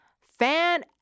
Fan